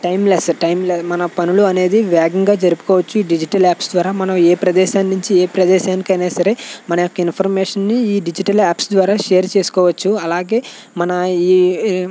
timeless time లె మన పనులు అనేది వేగంగా జరుపుకోవచ్చు డిజిటల్ యాప్స్ ద్వారా మనం ఏ ప్రదేశం నుంచి ఏ ప్రదేశానికైనా సరే మన యొక్క ఇన్ఫర్మేషన్ని ఈ డిజిటల్ యాప్స్ ద్వారా షేర్ చేసుకోవచ్చు అలాగే మన ఈ